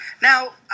Now